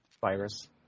Virus